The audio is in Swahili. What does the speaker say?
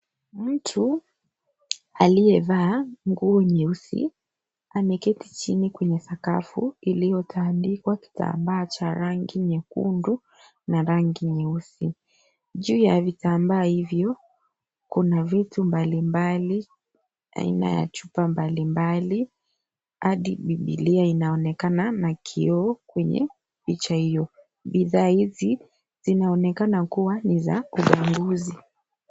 Mtu aliyevaa nguo nyeusi ameketi chini kwenye sakafu iliyotandikwa kitambaa cha rangi nyekundu na rangi nyeusi juu ya vitambaa hivyo kuna vitu mbalimbali aina ya chupa mbalimbali adi bibilia inaonekana na kioo kwenye picha hiyo